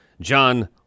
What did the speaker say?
John